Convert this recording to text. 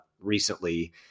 recently